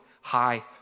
high